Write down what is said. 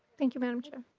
thank you madam chair.